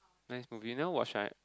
nice movie you never watch right